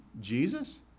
Jesus